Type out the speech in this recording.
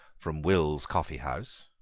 from will's coffee house,